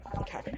Okay